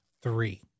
three